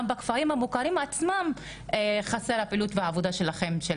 גם בכפרים מוכרים עצמם חסרה הפעילות והעבודה שלכם,